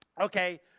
Okay